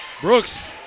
Brooks